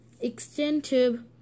extensive